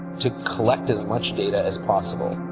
to collect as much data as possible.